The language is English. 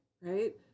right